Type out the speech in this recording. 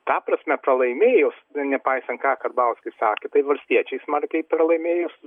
ta prasme pralaimėjus na nepaisant ką karbauskis sakė tai valstiečiai smarkiai pralaimėjus